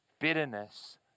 Bitterness